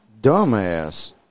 dumbass